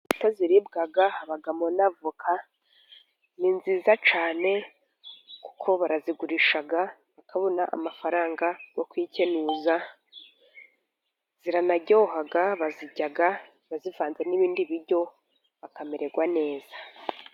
Imbuto ziribwa, habamo na avoka. Ni nziza cyane kuko barazigurisha bakabona amafaranga yo kwikenuza. Ziranaryoha, bazirya bazivanze n’ibindi biryo bakamererwa neza.